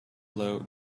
load